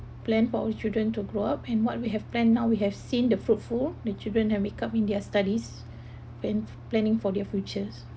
plan for our children to grow up and what we have planned now we have seen the fruitful the children have make up in their studies and planning for their futures